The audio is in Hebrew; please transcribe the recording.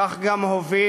כך גם הוביל,